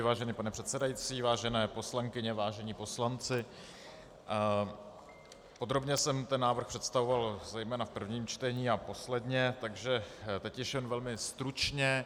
Vážený pane předsedající, vážené poslankyně, vážení poslanci, podrobně jsem ten návrh představoval zejména v prvním čtení a posledně, takže teď již jen velmi stručně.